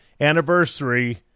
anniversary